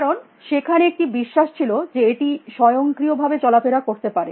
কারণ সেখানে একটি বিশ্বাস ছিল যে এটি স্বয়ংক্রিয় ভাবে চলাফেরা করতে পারে